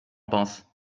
penses